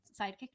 sidekick